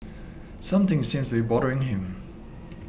something seems be bothering him